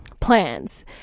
plans